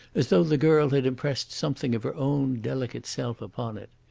as though the girl had impressed something of her own delicate self upon it.